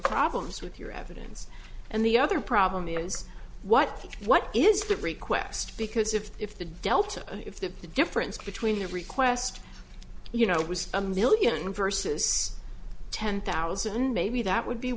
problems with your evidence and the other problem is what what is that request because if if the delta if the the difference between the request you know was a million versus ten thousand maybe that would be